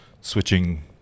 switching